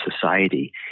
society